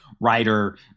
writer